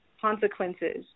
consequences